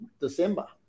December